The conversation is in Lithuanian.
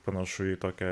panašu į tokią